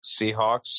Seahawks